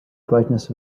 brightness